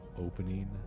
opening